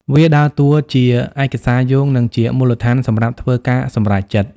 វាដើរតួជាឯកសារយោង និងជាមូលដ្ឋានសម្រាប់ធ្វើការសម្រេចចិត្ត។